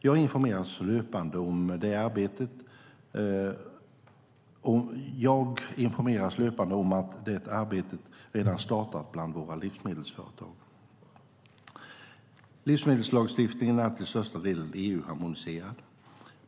Jag informeras fortlöpande om att det arbetet redan har startat bland våra livsmedelsföretag. Livsmedelslagstiftningen är till största delen EU-harmoniserad.